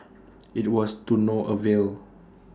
IT was to no avail